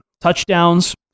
touchdowns